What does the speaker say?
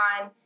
on